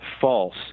false